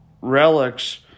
relics